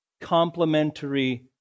complementary